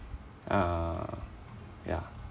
uh yeah